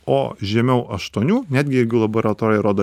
o žemiau aštuonių netgi jeigu laboratorija rodo